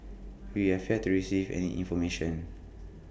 we have yet to receive any information